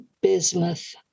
bismuth